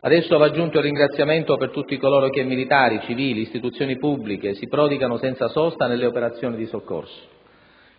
Ad esso va aggiunto il ringraziamento per tutti coloro - militari, civili ed istituzioni pubbliche - che si prodigano senza sosta nelle operazioni di soccorso.